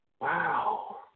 Wow